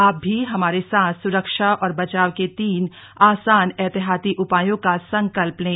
आप भी हमारे साथ सुरक्षा और बचाव के तीन आसान एहतियाती उपायों का संकल्प लें